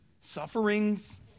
sufferings